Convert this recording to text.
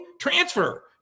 Transfer